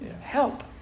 Help